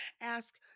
ask